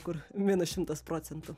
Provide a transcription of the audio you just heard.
kur minus šimtas procentų